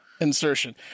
Insertion